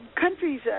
Countries